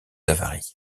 avaries